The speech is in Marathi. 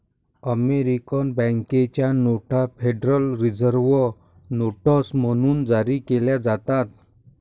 अमेरिकन बँकेच्या नोटा फेडरल रिझर्व्ह नोट्स म्हणून जारी केल्या जातात